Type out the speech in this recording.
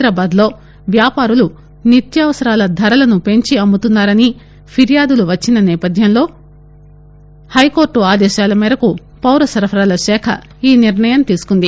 హైదరాబాద్లో వ్యాపారులు నిత్యవసరాలధరలను పెంచి అమ్ముతున్నా రని ఫిర్యాదులు వచ్చిన నేపధ్యంలో హైకోర్టు ఆదేశాల మేరకు పౌరసరఫరాలశాఖ ఈ నిర్దయం తీసుకుంది